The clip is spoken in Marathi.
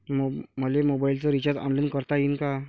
मले मोबाईलच रिचार्ज ऑनलाईन करता येईन का?